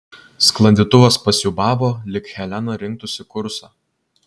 sklandytuvas pasiūbavo lyg helena rinktųsi kursą